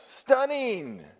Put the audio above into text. stunning